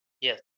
Yes